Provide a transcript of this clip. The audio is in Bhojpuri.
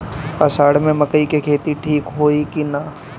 अषाढ़ मे मकई के खेती ठीक होई कि ना?